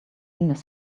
miss